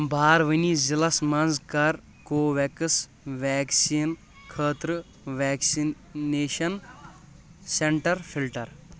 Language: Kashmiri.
بارونی ضلعس مَنٛز کر کو ویٚکس ویکسیٖن خٲطرٕ ویکسِنیشن سینٹر فلٹر